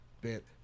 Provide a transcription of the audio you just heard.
bit